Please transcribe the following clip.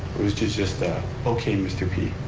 which is just a, okay, mr. p.